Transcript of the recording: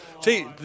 See